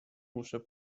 muszę